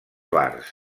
bars